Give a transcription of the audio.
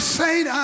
saint